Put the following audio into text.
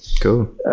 Cool